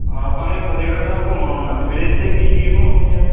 ਆਪਾਂ ਨੇ ਫਤਿਹਗੜ੍ਹ ਸਾਹਿਬ ਘੁੰਮਣ ਆਉਣਾ ਸੀ ਵੀਰੇ ਇੱਥੇ ਕੀ ਕੀ ਆ ਘੁੰਮਣ ਨੂੰ ਯਾਰ